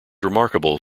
remarkable